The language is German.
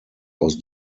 aus